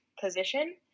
position